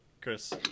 Chris